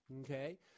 okay